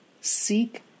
seek